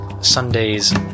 Sundays